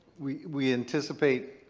we we anticipate,